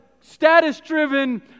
status-driven